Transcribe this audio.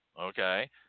okay